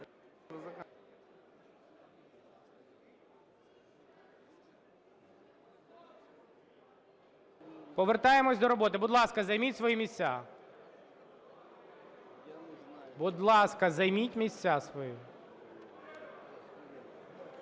повертаємось до роботи. Будь ласка, займіть свої місця. Будь ласка, займіть місця свої.